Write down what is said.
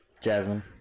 Jasmine